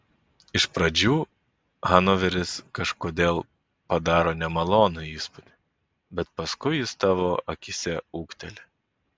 iš pradžių hanoveris kažkodėl padaro nemalonų įspūdį bet paskui jis tavo akyse ūgteli